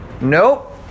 Nope